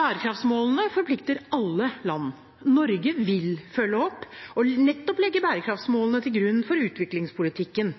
Bærekraftsmålene forplikter alle land. Norge vil følge opp og nettopp legge bærekraftsmålene til grunn for utviklingspolitikken.